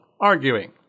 arguing